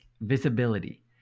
visibility